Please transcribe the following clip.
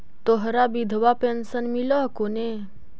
तोहरा विधवा पेन्शन मिलहको ने?